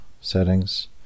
settings